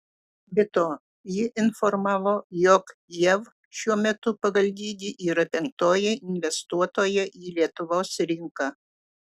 be to ji informavo jog jav šiuo metu pagal dydį yra penktoji investuotoja į lietuvos rinką